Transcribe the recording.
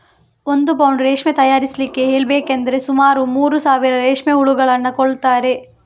ಒಂದು ಪೌಂಡ್ ರೇಷ್ಮೆ ತಯಾರಿಸ್ಲಿಕ್ಕೆ ಹೇಳ್ಬೇಕಂದ್ರೆ ಸುಮಾರು ಮೂರು ಸಾವಿರ ರೇಷ್ಮೆ ಹುಳುಗಳನ್ನ ಕೊಲ್ತಾರೆ